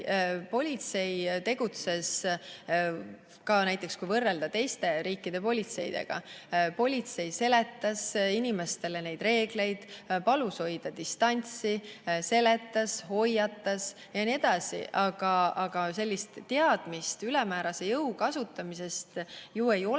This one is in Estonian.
politsei tegutses, kui näiteks võrrelda teiste riikide politseiga? Politsei seletas inimestele neid reegleid, palus hoida distantsi, hoiatas jne. Aga sellist teadmist ülemäärase jõu kasutamisest ju ei ole,